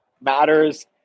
matters